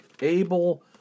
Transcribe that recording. able